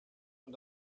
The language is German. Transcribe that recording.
man